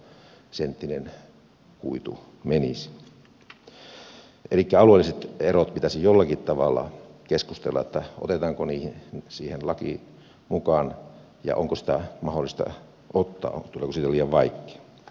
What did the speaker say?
elikkä pitäisi keskustella otetaanko ne alueelliset erot jollakin tavalla siihen lakiin mukaan ja onko niitä mahdollista ottaa tuleeko siitä liian vaikea